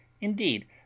indeed